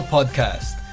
Podcast